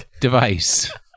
device